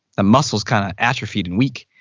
the muscles kind of atrophied and weak.